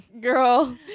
Girl